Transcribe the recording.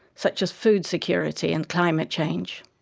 such as food security and climate change.